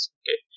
okay